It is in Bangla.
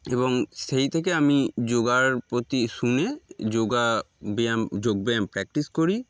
এবং সেই থেকে আমি যোগার প্রতি শুনে যোগাব্যায়াম যোগব্যায়াম প্র্যাকটিস করি